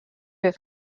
have